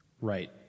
Right